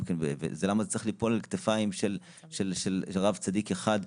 ולמה זה צריך ליפול על הכתפיים של רב צדיק אחד,